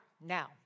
now